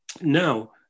Now